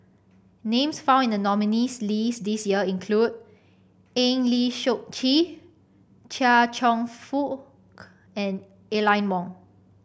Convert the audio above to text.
names found in the nominees' list this year include Eng Lee Seok Chee Chia Cheong Fook and Aline Wong